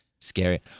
scary